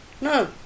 no